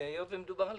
והיות שמדובר בכסף,